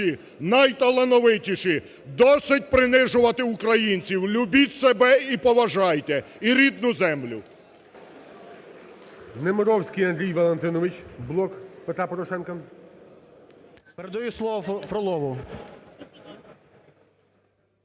найталановитіші. Досить принижувати українців! Любіть себе і поважайте! І рідну землю!